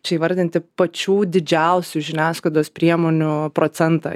čia įvardinti pačių didžiausių žiniasklaidos priemonių procentą